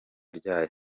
ryayo